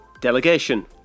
delegation